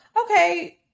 okay –